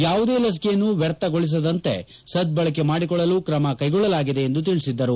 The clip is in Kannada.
ಯಾವುದೇ ಲಸಿಕೆಯನ್ನು ವ್ವರ್ಥಗೊಳಿಸದಂತೆ ಸದ್ದಳಕೆ ಮಾಡಿಕೊಳ್ಳಲು ಕ್ರಮ ಕ್ಕೆಗೊಳ್ಟಲಾಗಿದೆ ಎಂದು ತಿಳಿಸಿದ್ದರು